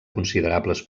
considerables